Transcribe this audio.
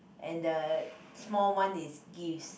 and the small one is Give's